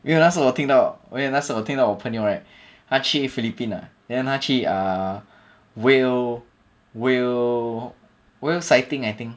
因为那时候我听因为那时候我听到我朋友 right 他去 philippines ah then 他去 ah whale whale sighting I think